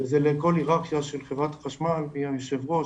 זה לכל היררכיה של חברת החשמל גם היושב ראש,